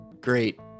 Great